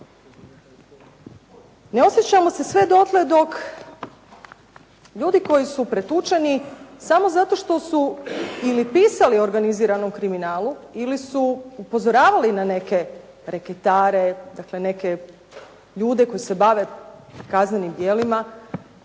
Ne osjećamo se sve dotle dok ljudi koji su pretučeni samo zato što su ili pisali o organiziranom kriminalu ili su upozoravali na neke reketare, dakle neke ljude koji se bave kaznenim djelima